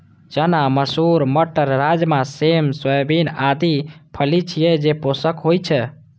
चना, मसूर, मटर, राजमा, सेम, सोयाबीन आदि फली छियै, जे पोषक होइ छै